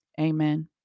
Amen